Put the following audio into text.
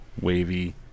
Wavy